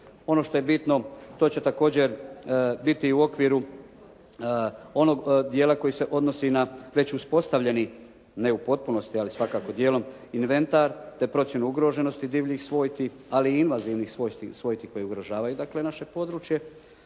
Ono što je bitno to će također biti u okviru onog dijela koji se odnosi na već uspostavljeni ne u potpunosti ali svakako dijelom inventar te procjenu ugroženosti divljih svojti ali i invazivnih svojti koje ugrožavaju dakle naše područje.